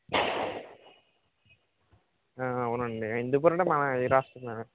అవునండి హిందూపూర్ అంటే మన ఈ రాష్ట్రం లోన